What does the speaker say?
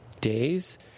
days